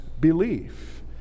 belief